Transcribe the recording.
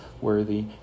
worthy